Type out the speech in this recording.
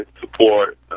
support